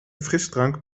frisdrank